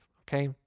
okay